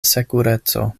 sekureco